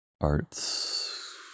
arts